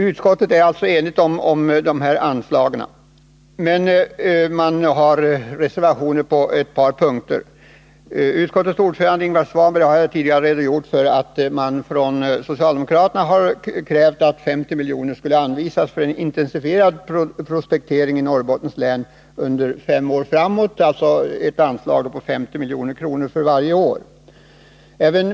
Utskottet är alltså enigt om anslagen. Men på ett par punkter finns reservationer. Utskottets ordförande, Ingvar Svanberg, har tidigare redogjort för att socialdemokraterna krävt att 50 milj.kr. per år i fem år skall anvisas för en intensifierad prospektering i Norrbottens län.